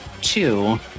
two